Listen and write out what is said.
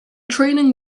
training